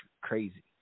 crazy